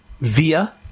via